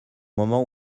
moment